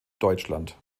deutschland